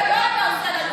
שירות גדול אתה עושה לנו.